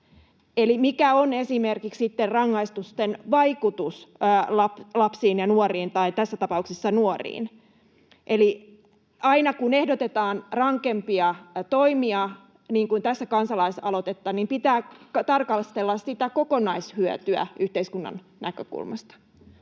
mikä on esimerkiksi rangaistusten vaikutus lapsiin ja nuoriin, tässä tapauksessa nuoriin. Eli aina kun ehdotetaan rankempia toimia, niin kuin tässä kansalaisaloitteessa, pitää tarkastella sitä kokonaishyötyä yhteiskunnan näkökulmasta.